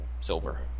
silver